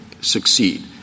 succeed